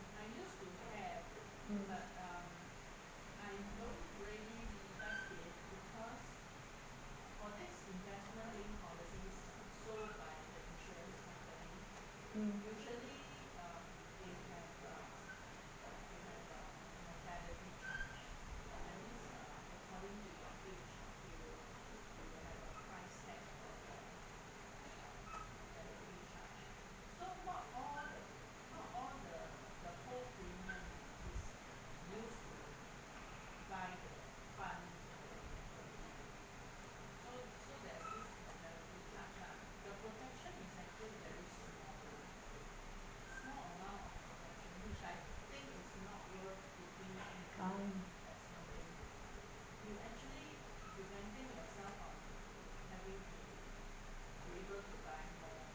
mm mm ah